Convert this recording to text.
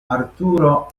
arturo